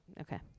okay